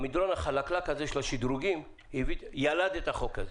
המדרון החלקלק הזה של השדרוגים ילד את החוק הזה.